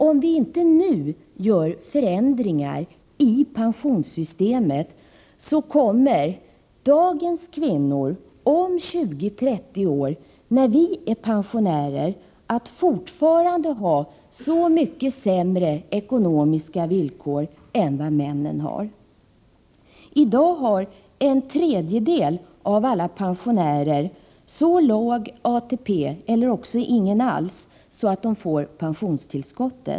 Om vi inte nu genomför förändringar i pensionssystemet, kommer dagens kvinnor om 20-30 år — när vi är pensionärer — att fortfarande ha så mycket sämre ekonomiska villkor än männen. I dag har en tredjedel av alla pensionärer så låg ATP, eller också ingen alls, att de får pensionstillskott.